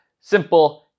simple